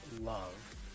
love